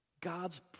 God's